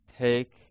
take